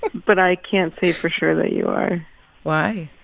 but i can't say for sure that you are why?